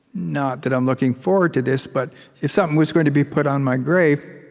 not that i'm looking forward to this, but if something was going to be put on my grave,